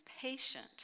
patient